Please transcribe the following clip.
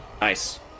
Nice